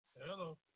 Hello